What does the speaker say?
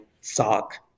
sock